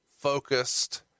focused